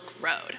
Road